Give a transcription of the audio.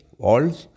walls